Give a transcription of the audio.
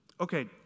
Okay